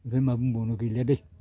ओमफ्राय मा बुंबावनो गैला दे